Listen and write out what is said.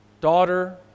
daughter